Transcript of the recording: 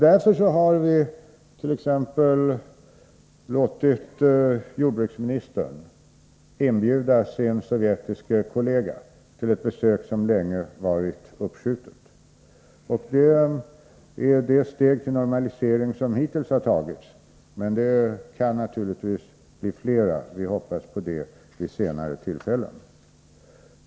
Därför har vi t.ex. låtit jordbruksministern inbjuda sin sovjetiske kollega till ett besök som länge varit uppskjutet. Detta är det steg till normalisering som hittills har tagits, men det kan naturligtvis bli flera vid senare tillfällen. Vi hoppas på det.